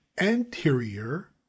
anterior